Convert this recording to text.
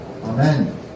Amen